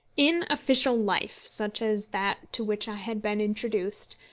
in official life, such as that to which i had been introduced,